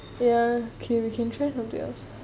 ya can you trust on to yourself